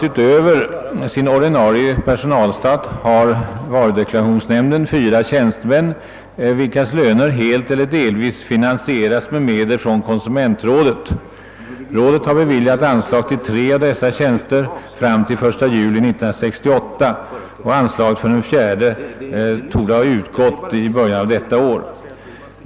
Utöver sin ordinarie personalstab har varudeklarationsnämnden fyra tjänstemän, vilkas löner helt eller delvis finansieras med medel från konsumentrådet. Rådet har beviljat anslag till tre av dessa tjänster fram till den 1 juli 1968, och anslaget för den fjärde torde ha utgått i början av detta år.